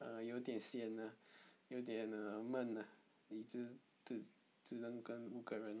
err 有点 sian lah 有点 err 闷 ah 只只只能跟五个人